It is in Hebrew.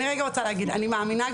אני רוצה להגיד,